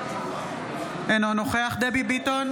אינו נוכח דבי ביטון,